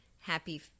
happy